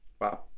Wow